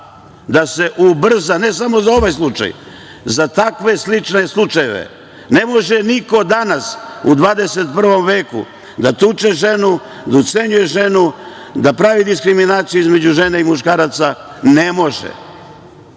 Da se ubrza, ne samo za ovaj slučaj, za takve slične slučajeve. Ne može niko danas u 21. veku da tuče ženu, da ucenjuje ženu, da pravi diskriminaciju između žena i muškaraca, ne može. Zakon